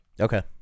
Okay